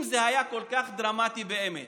אם זה היה כל כך דרמטי באמת